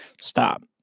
stop